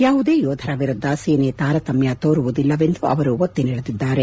ಯಾವುದೇ ಯೋಧರ ವಿರುದ್ದ ಸೇನೆ ತಾರತಮ್ನ ತೋರುವುದಿಲ್ಲವೆಂದು ಅವರು ಒತ್ತಿ ನುಡಿದಿದ್ದಾರೆ